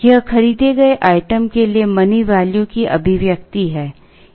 यह खरीदे गए आइटम के लिए मनी वैल्यू की अभिव्यक्ति है